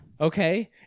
okay